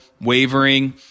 wavering